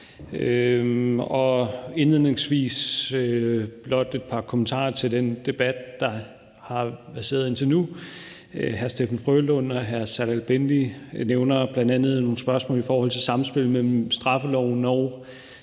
jeg blot komme med et par kommentarer til den debat, der har verseret indtil nu. Hr. Steffen W. Frølund og hr. Serdal Benli nævner bl.a. nogle spørgsmål i forhold til samspillet mellem straffeloven og